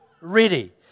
ready